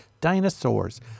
dinosaurs